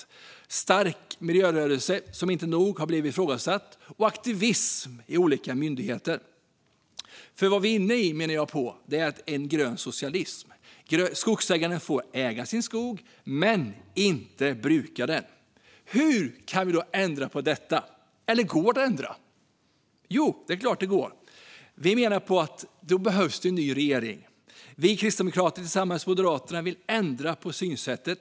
Det har funnits en stark miljörörelse som inte har blivit nog ifrågasatt, och aktivism i olika myndigheter. För vad vi är inne i, menar jag, är en grön socialism. Skogsägaren får äga sin skog men inte bruka den. Hur kan vi ändra på detta, eller går det att ändra? Det är klart att det går. Vi menar att det då behövs en ny regering. Vi i Kristdemokraterna tillsammans med Moderaterna vill ändra på synsättet.